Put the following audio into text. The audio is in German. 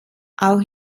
auch